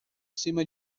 cima